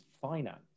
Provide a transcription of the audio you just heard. finance